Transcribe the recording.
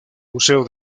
museo